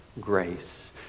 grace